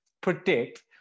predict